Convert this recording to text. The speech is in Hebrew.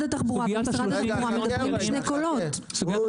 התחבורה ומשרד התחבורה מדברים בשני קולות -- אני ממשיך.